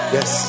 Yes